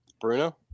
Bruno